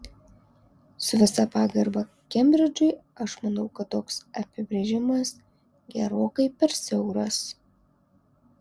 su visa pagarba kembridžui aš manau kad toks apibrėžimas gerokai per siauras